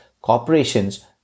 corporations